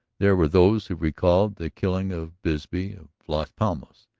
there were those who recalled the killing of bisbee of las palmas,